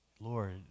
Lord